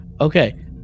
Okay